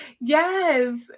Yes